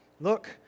Look